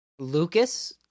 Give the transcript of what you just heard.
Lucas